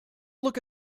look